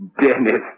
Dennis